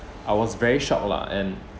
I was very shocked lah and